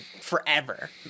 forever